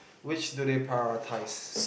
which do they prioritize